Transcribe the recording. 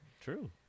True